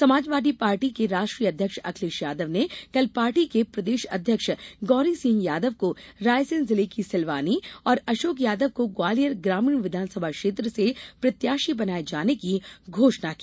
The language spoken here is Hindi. समाजवादी पार्टी के राष्ट्रीय अध्यक्ष अखिलेश यादव ने कल पार्टी के प्रदेश अध्यक्ष गौरीसिंह यादव को रायसेन जिले की सिलवानी और अशोक यादव को ग्वालियर ग्रामीण विधानसभा क्षेत्र से प्रत्याशी बनाये जाने की घोषणा की